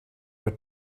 were